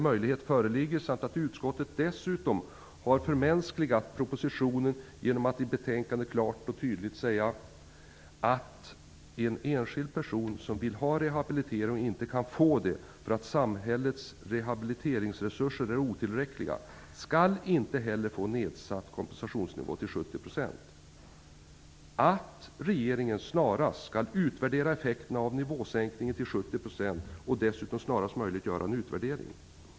Utskottet har dessutom förmänskligat propositionen genom att i betänkandet klart och tydligt säga: - att en enskild person, som vill ha rehabilitering men inte kan få det därför att samhällets rehabiliteringsresurser är otillräckliga, inte heller skall få nedsatt kompensationsnivå till 70 %,- att regeringen snarast skall utvärdera effekterna av nivåsänkningen till 70 % och dessutom snarast möjligt göra en utvärdering.